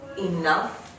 enough